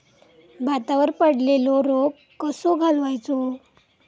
भातावर पडलेलो रोग कसो घालवायचो?